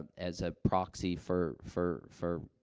as a proxy for for for,